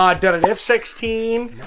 um done an f sixteen,